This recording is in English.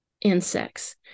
insects